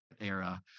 era